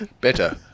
better